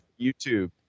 YouTube